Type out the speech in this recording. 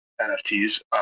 NFTs